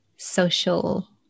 social